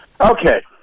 Okay